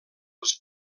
els